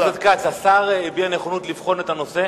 חבר הכנסת כץ, השר הביע נכונות לבחון את הנושא.